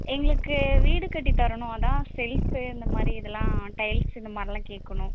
எங்களுக்கு வீடு கட்டித்தரணும் அதுதான் செல்ஃப்பு இந்த மாதிரி இதெல்லாம் டைல்ஸ்ஸு இந்த மாதிரில்லாம் கேட்கணும்